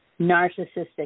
narcissistic